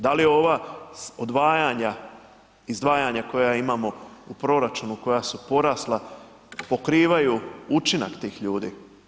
Da li ova odvajanja, izdvajanja koja imamo u proračunu koja su porasla pokrivaju učinak tih ljudi?